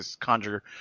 conjure